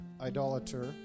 idolater